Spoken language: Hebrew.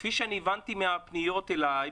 כפי שהבנתי מהפניות אלי,